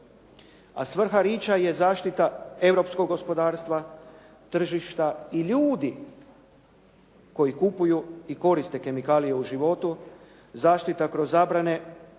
A svrha Rich-a je zaštita europskog gospodarstva, tržišta i ljudi koji kupuju i koriste kemikalije u životu, zaštita kroz zabrane uvoza